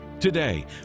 Today